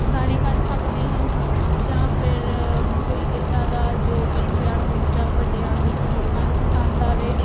ਗਾਣੇ ਕੱਢ ਸਕਦੇ ਹਨ ਜਾਂ ਫਿਰ ਕੋਈ ਇੱਦਾਂ ਦਾ ਜੋ ਬੱਚਿਆਂ ਨੂੰ ਜਾਂ ਵੱਡਿਆਂ ਨੂੰ ਬਜ਼ੁਰਗਾਂ ਨੂੰ ਪਸੰਦ ਆਵੇ